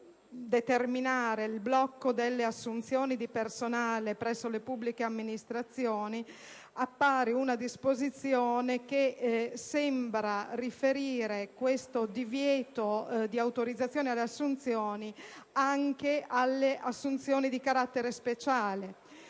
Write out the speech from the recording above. a determinare il blocco delle assunzioni di personale presso le pubbliche amministrazioni, appare infatti una disposizione che sembra riferire questo divieto di autorizzazione ad assunzioni anche alle assunzioni di carattere speciale.